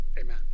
amen